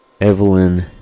Evelyn